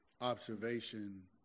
observation